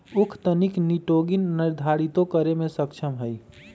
उख तनिक निटोगेन निर्धारितो करे में सक्षम हई